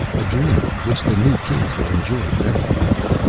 a drink which the new kings will enjoy very much.